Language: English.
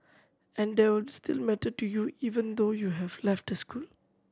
and there will still matter to you even though you have left the school